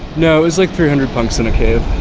no, it was like three hundred punks in a cave